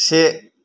से